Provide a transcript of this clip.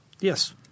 Yes